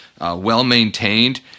well-maintained